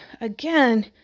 again